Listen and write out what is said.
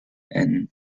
and